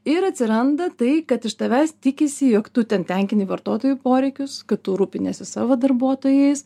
ir atsiranda tai kad iš tavęs tikisi jog tu ten tenkini vartotojų poreikius kad tu rūpiniesi savo darbuotojais